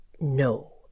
No